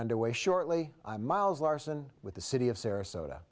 underway shortly miles larson with the city of sarasota